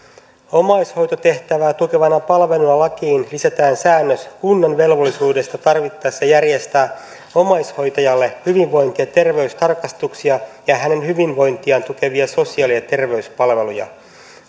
omaishoitotehtävää tukevana palveluna lakiin lisätään säännös kunnan velvollisuudesta tarvittaessa järjestää omaishoitajalle hyvinvointi ja terveystarkastuksia ja hänen hyvinvointiaan tukevia sosiaali ja terveyspalveluja